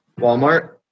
Walmart